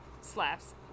Slaps